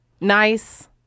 Nice